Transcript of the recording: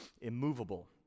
immovable